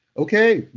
okay.